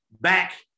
back